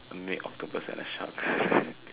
a make octopus and a shark